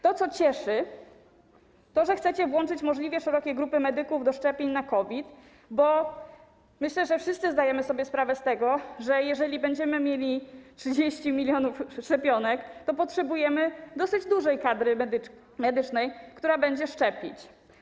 To, co cieszy, to to, że chcecie włączyć możliwie szerokie grupy medyków do szczepień na COVID, bo myślę, że wszyscy zdajemy sobie sprawę z tego, że jeżeli będziemy mieli 30 mln szczepionek, to będziemy potrzebowali dosyć dużej kadry medycznej, która będzie szczepić.